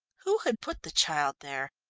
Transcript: who had put the child there?